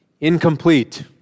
incomplete